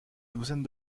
douzaine